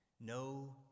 No